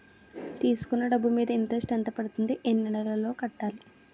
తీసుకున్న డబ్బు మీద ఇంట్రెస్ట్ ఎంత పడుతుంది? ఎన్ని నెలలో కట్టాలి?